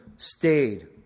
stayed